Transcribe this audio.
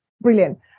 Brilliant